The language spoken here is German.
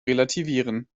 relativieren